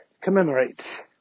commemorates